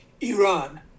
Iran